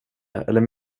eller